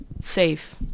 safe